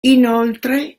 inoltre